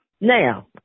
Now